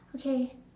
okay